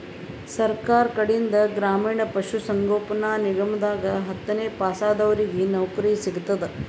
ಸರ್ಕಾರ್ ಕಡೀನ್ದ್ ಗ್ರಾಮೀಣ್ ಪಶುಸಂಗೋಪನಾ ನಿಗಮದಾಗ್ ಹತ್ತನೇ ಪಾಸಾದವ್ರಿಗ್ ನೌಕರಿ ಸಿಗ್ತದ್